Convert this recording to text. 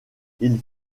ils